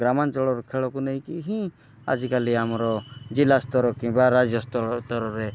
ଗ୍ରାମାଞ୍ଚଳର ଖେଳକୁ ନେଇକି ହିଁ ଆଜିକାଲି ଆମର ଜିଲ୍ଲାସ୍ତର କିମ୍ବା ରାଜ୍ୟସ୍ତରରେ